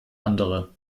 andere